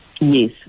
Yes